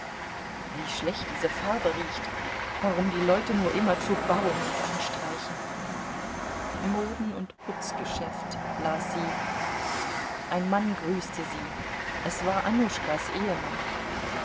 wie schlecht diese farbe riecht warum die leute nur immerzu bauen und anstreichen moden und putzgeschäft las sie ein mann grüßte sie es war annuschkas ehemann